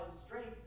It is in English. strength